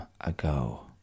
ago